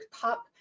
top